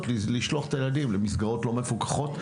לשלוח את הילדים למסגרות לא מפוקחות,